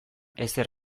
ezer